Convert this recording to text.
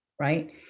right